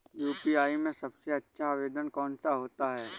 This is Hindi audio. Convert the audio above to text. यू.पी.आई में सबसे अच्छा आवेदन कौन सा होता है?